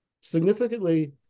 significantly